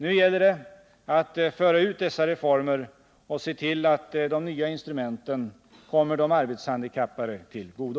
Nu gäller det att föra ut dessa reformer och se till att de nya instrumenten kommer de arbetshandikappade till godo.